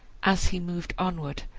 as he moved onward,